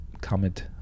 comment